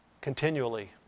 continually